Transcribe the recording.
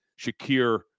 Shakir